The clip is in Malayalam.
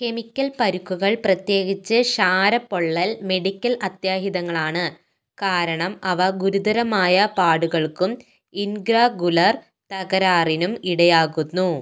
കെമിക്കൽ പരിക്കുകൾ പ്രത്യേകിച്ച് ക്ഷാരപ്പൊള്ളൽ മെഡിക്കൽ അത്യാഹിതങ്ങളാണ് കാരണം അവ ഗുരുതരമായ പാടുകൾക്കും ഇൻഗ്രാഗുലർ തകരാറിനും ഇടയാക്കുന്നു